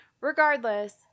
Regardless